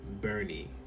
Bernie